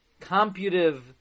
computive